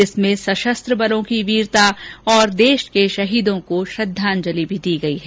इसमें सशस्त्र बलों की वीरता और देश के शहीदों को श्रद्धांजलि भी दी गई है